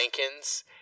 Rankins